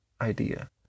idea